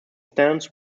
stands